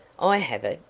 i have it!